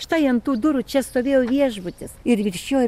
štai ant tų durų čia stovėjo viešbutis ir virš jo